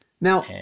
Now